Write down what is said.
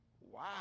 wow